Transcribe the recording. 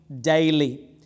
daily